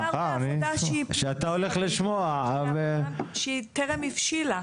מדובר בעבודה שהיא טרם הבשילה.